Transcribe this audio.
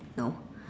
no